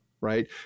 right